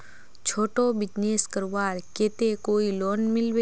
छोटो बिजनेस करवार केते कोई लोन मिलबे?